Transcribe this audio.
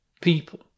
people